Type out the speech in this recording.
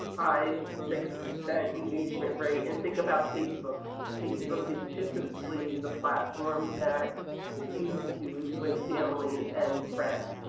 five to six percent engagement rate. and think about facebook. facebook is typically the platform that you use with family and friends.